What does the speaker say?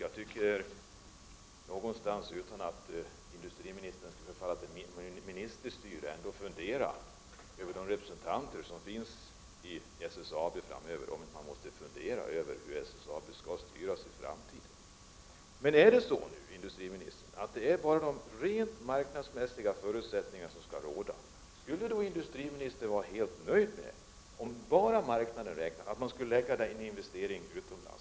Utan att för den skull hemfalla till ministerstyre borde industriministern kanske fundera över de representanter som finns i SSAB framöver. Man måste fundera över hur SSAB skall styras i framtiden. Om nu bara de rent marknadsekonomiska förutsättningarna skall råda, skulle industriministern då vara nöjd med att lägga investeringen utomlands?